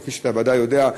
כפי שאתה בוודאי יודע,